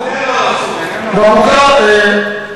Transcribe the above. גם את זה אין לו.